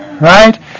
Right